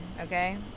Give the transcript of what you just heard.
okay